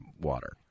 water